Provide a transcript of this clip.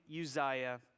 Uzziah